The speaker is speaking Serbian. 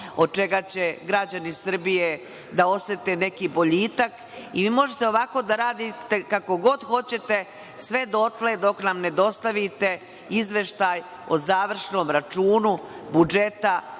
od čega će građani Srbije da osete neki boljitak. Možete ovako da radite kako god hoćete, sve dotle dok nam ne dostavite izveštaj o završnom računu budžeta